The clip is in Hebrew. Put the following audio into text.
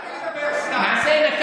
מה אתה מדבר סתם, מחבר אותי לכל, מעשה נקם.